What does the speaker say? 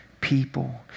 people